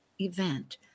event